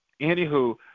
anywho